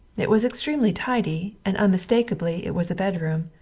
it was extremely tidy, and unmistakably it was a bedroom.